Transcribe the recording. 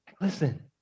Listen